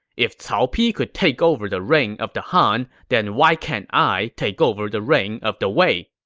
if cao pi could take over the reign of the han, then why can't i take over the reign of the wei?